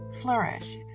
flourish